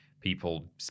people